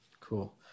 Cool